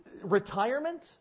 Retirement